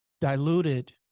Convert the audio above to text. diluted